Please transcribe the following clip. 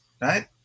right